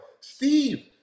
Steve